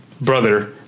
brother